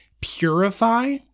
purify